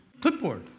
Clipboard